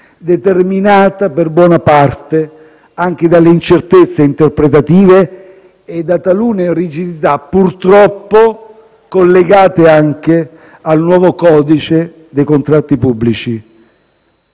determinata per buona parte anche dalle incertezze interpretative e da talune rigidità, purtroppo collegate anche al nuovo codice dei contratti pubblici.